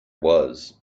was